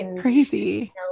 Crazy